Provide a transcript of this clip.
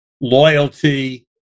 loyalty